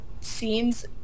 scenes